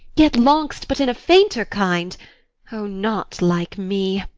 yet long'st, but in a fainter kind o, not like me,